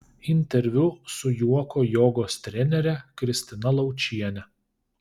interviu su juoko jogos trenere kristina laučiene